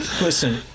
Listen